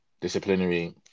Disciplinary